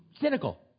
cynical